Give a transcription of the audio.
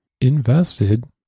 invested